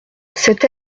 cette